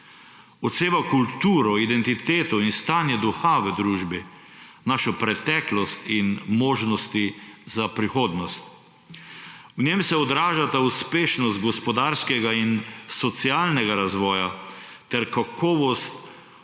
posebno kulturo, identiteto in stanje duha v družbi, našo preteklost in možnosti za prihodnost. V njem se odražata uspešnost gospodarskega in socialnega razvoja ter kakovost